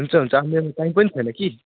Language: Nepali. हुन्छ हुन्छ मेरोमा टाइम पनि छैन कि